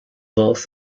was